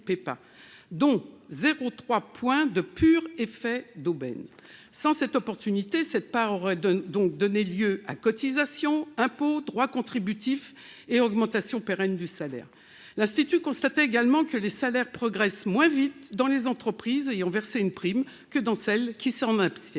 dont 0,3 point de pur effet d'aubaine. Sans une telle mesure, la part concernée aurait donné lieu à cotisations, impôts, droits contributifs et augmentation pérenne du salaire. L'Insee constate également que les salaires « progressent moins vite dans les entreprises ayant versé une prime que dans celles qui s'en abstiennent